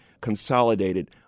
consolidated